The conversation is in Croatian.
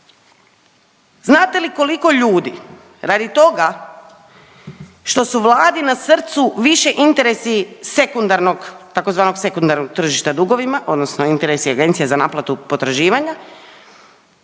znate li koliko ljudi radi toga što su vladi na srcu više interesi sekundarnog tzv. sekundarnog tržišta dugovima odnosno interes je agencije za naplatu potraživanja